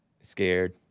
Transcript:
Scared